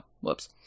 whoops